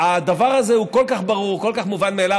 הדבר הזה הוא כל כך ברור, כל כך מובן מאליו.